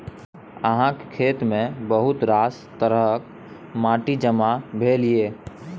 अहाँक खेतमे बहुत रास तरहक माटि जमा भेल यै